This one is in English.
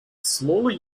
smaller